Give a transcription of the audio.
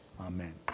Amen